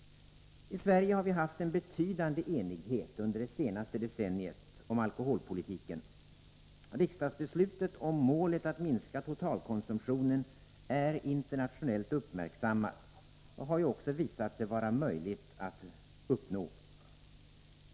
I Sverige har vi haft en betydande enighet under det senaste decenniet om alkoholpolitiken. Riksdagsbeslutet om målet att minska totalkonsumtionen är internationellt uppmärksammat, och det målet har ju visat sig vara möjligt att uppnå.